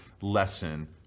lesson